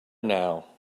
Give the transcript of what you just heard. now